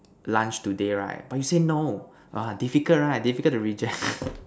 lunch today right but you say no !wah! difficult right difficult to reject